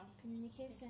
Communication